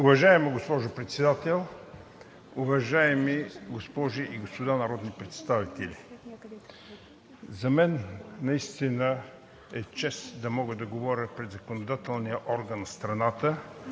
Уважаема госпожо Председател, уважаеми госпожи и господа народни представители! За мен наистина е чест да мога да говоря пред законодателния орган на страната